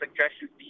suggestions